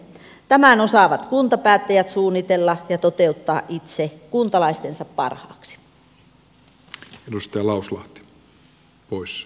tämän osaavat kuntapäättäjät suunnitella ja toteuttaa itse kuntalaistensa parhaaksi